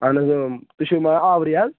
اَہَن حظ اۭں تُہۍ چھِو مان آورِِے از